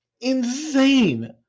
insane